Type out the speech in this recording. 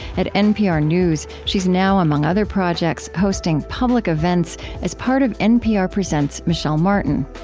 at npr news, she's now, among other projects, hosting public events as part of npr presents michel martin.